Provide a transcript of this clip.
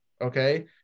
Okay